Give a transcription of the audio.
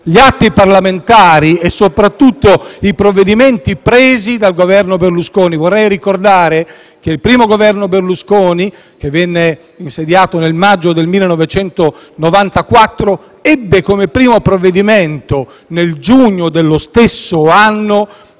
gli atti parlamentari e soprattutto i provvedimenti presi dal Governo Berlusconi. Vorrei ricordare che il primo Governo Berlusconi, che venne insediato nel maggio del 1994, fece come primo provvedimento nel giugno dello stesso anno